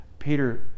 Peter